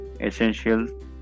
essential